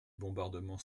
bombardements